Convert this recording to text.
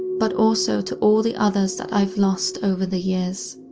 but also to all the others that i've lost over the years.